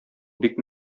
бик